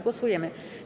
Głosujemy.